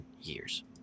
years